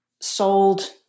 sold